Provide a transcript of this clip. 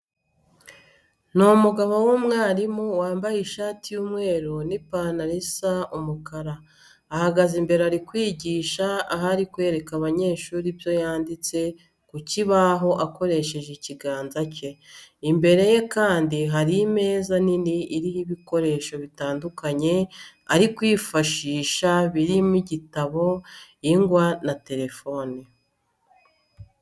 Ni umugabo w'umwarimu wambaye ishati y'umweru n'ipantaro isa umukara. Ahagaze imbere ari kwigisha aho ari kwereka abanyeshuri ibyo yanditse ku kibaho akoresheje ikiganza cye. Imbere ye kandi hari imeza nini iriho ibikoresho bitandukanye ari kwifashisha birimo igitabo, ingwa na telefone.